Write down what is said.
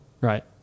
Right